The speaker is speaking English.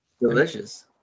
Delicious